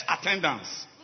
attendance